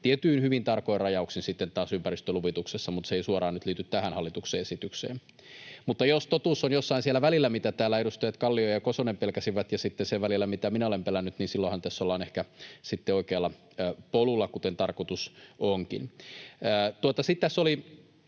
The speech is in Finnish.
tietyin hyvin tarkoin rajauksin sitten taas ympäristöluvituksessa, mutta se ei suoraan nyt liity tähän hallituksen esitykseen. Mutta jos totuus on jossain siellä välillä, mitä täällä edustajat Kallio ja Kosonen pelkäsivät ja mitä minä olen pelännyt, niin silloinhan tässä ollaan ehkä sitten oikealla polulla, kuten tarkoitus onkin.